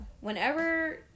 whenever